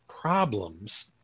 problems